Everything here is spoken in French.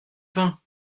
pain